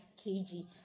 kg